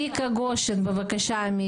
בבקשה.